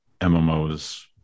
mmos